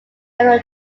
general